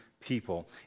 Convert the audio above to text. people